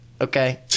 okay